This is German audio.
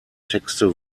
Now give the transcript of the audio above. texte